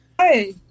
Hi